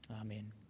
Amen